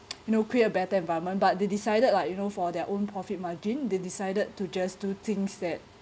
you know create a better environment but they decided like you know for their own profit margin they decided to just do things that